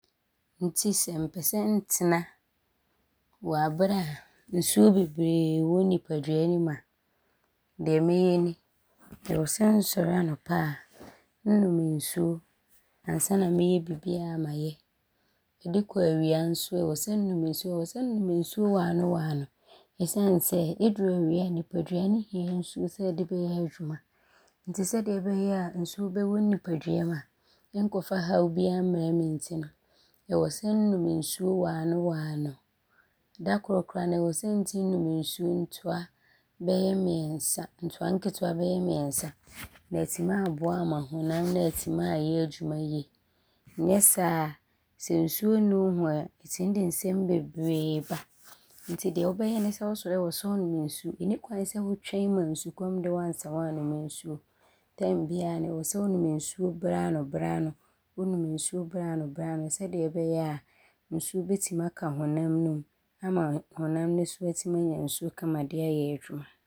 Nti sɛ mpɛ sɛ ntena wɔ aberɛ a nsuo bebree wɔ nnipadua ne mu a, deɛ mɛyɛ ni, ɔwɔ sɛ nsɔre anɔpa a, nnom nsuo ansa na mɛyɛ bibi a mayɛ. Ɔde kɔ awia nso a, ɔwɔ sɛ nnom nsuo. Ɔwɔ sɛ nnom nsuo waanowaano esiane sɛ ɔduru baabi a nnipadua no hia nsuo sɛ ɔde bɛyɛ adwuma nti sɛdeɛ ɔbɛyɛ a nsuo bɛwɔ nnipadua ne mu a ɔnkɔfa haw biaa mmrɛ me nti no, ɔwɔ sɛ nnom nsuo waanowaano. Da koro koraa no, ɔwɔ sɛ ntim nom nsuo ntoa bɛyɛ mmiɛnsa. Ntoa nketewa bɛyɛ mmiɛnsa ne atim aaboam ama honam no aatim aayɛ adwuma yie. Nyɛ saa, sɛ nsuo nni wo ho a, ɔtim de nsɛm bebree ba nti deɛ wobɛyɛ ne sɛ wosɔre a ɔwɔ sɛ wonom nsuo. Ɔnni kwan sɛ wotwɛn ma nsukɔm de wo ansa woaanom nsuo. Berɛ biaa no ɔwɔ sɛ wonom nsuo berɛ ano berɛ ano sɛdeɛ ɔbɛyɛ a nsuo bɛtim aka honam ne mu ama honam ne so atim anya nsuo kama de ayɛ adwuma.